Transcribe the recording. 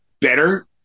better